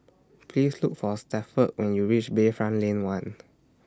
Please Look For Stafford when YOU REACH Bayfront Lane one